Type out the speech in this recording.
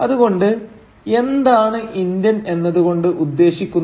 അതുകൊണ്ട് എന്താണ് ഇന്ത്യൻ എന്നതു കൊണ്ട് ഉദ്ദേശിക്കുന്നത്